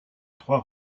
trois